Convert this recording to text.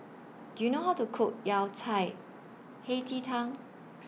Do YOU know How to Cook Yao Cai Hei Ji Tang